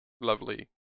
lovely